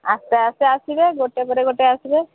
ଆସ୍ତେ ଆସ୍ତେ ଆସିବେ ଗୋଟେ ପରେ ଗୋଟେ ଆସିବେ